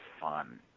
fun